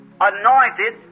anointed